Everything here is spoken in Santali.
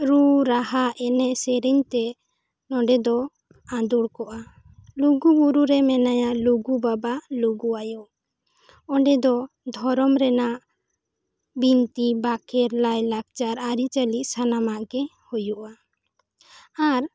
ᱨᱩ ᱨᱟᱦᱟ ᱮᱱᱮᱡ ᱥᱮᱨᱮᱧ ᱛᱮ ᱱᱚᱸᱰᱮ ᱫᱚ ᱟᱸᱫᱚᱲ ᱠᱚᱜᱼᱟ ᱞᱩᱜᱩ ᱵᱩᱨᱩᱨᱮ ᱢᱮᱱᱟᱭᱟ ᱞᱩᱜᱩ ᱵᱟᱵᱟ ᱞᱩᱜᱩ ᱟᱭᱳ ᱚᱸᱰᱮ ᱫᱚ ᱫᱷᱚᱨᱚᱢ ᱨᱮᱱᱟᱜ ᱵᱤᱱᱛᱤ ᱵᱟᱠᱷᱮᱬ ᱞᱟᱹᱭ ᱞᱟᱠᱪᱟᱨ ᱟᱹᱨᱤ ᱪᱟᱹᱞᱤ ᱥᱟᱱᱟᱢᱟᱜ ᱜᱮ ᱦᱩᱭᱩᱜᱼᱟ ᱟᱨ